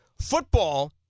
Football